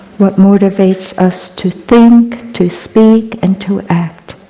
what motivates us to think, to speak and to act.